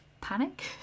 Panic